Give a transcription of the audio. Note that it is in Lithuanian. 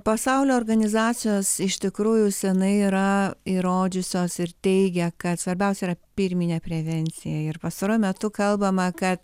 pasaulio organizacijos iš tikrųjų seniai yra įrodžiusios ir teigia kad svarbiausia yra pirminė prevencija ir pastaruoju metu kalbama kad